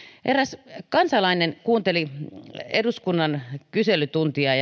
eräs kansalainen kuunteli eduskunnan kyselytuntia